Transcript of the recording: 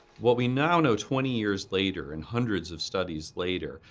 what we now know twenty years later, and hundreds of studies later,